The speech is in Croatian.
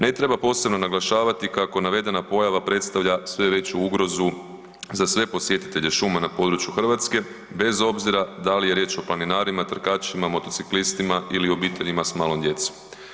Ne treba posebno naglašavati kako navedena pojava predstavlja sve veću ugrozu za sve posjetitelje šuma na području Hrvatske, bez obzira da li je riječ o planinarima, trkačima, motociklistima ili obiteljima s malom djecom.